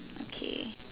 okay